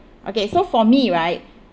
okay so for me right